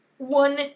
one